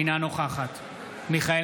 אינה נוכחת מיכאל